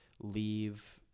leave